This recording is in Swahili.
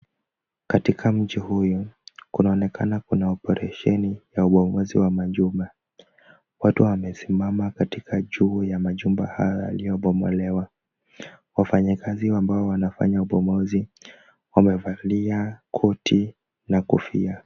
Katika mji huyu, kunaonekana kuna oparesheni ya ubomoaji wa majumba. Watu wamesimama katika juu ya majumba haya yaliyobomolewa. Wafanyikazi ambao wanafanya ubomozi wamevalia koti na kofia..